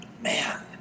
man